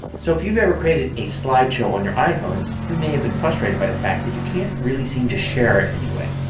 so if you've ever created a slideshow on your iphone you may have been frustrated by the fact that you can't really seem to share it in any way.